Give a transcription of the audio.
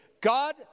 God